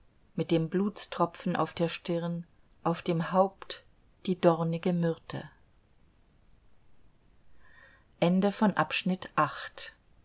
mit dem blutstropfen auf der stirn auf dem haupt die dornige myrte